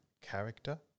character